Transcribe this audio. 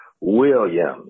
Williams